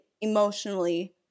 emotionally